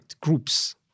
groups